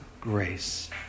grace